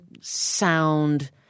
sound